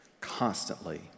constantly